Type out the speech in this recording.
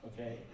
Okay